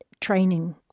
training